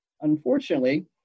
unfortunately